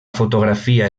fotografia